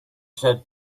said